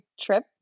trip